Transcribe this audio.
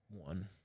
one